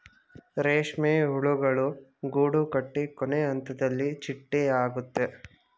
ರೇಷ್ಮೆ ಹುಳುಗಳು ಗೂಡುಕಟ್ಟಿ ಕೊನೆಹಂತದಲ್ಲಿ ಚಿಟ್ಟೆ ಆಗುತ್ತೆ